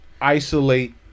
isolate